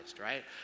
right